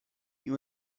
you